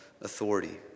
authority